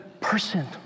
person